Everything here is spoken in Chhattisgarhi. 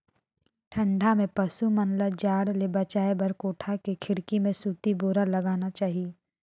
ठंडा में पसु मन ल जाड़ ले बचाये बर कोठा के खिड़की में सूती बोरा लगाना चाही